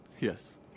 Yes